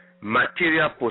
material